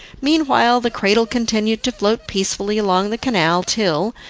meanwhile the cradle continued to float peacefully along the canal till,